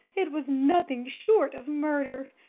it was nothing short of murder!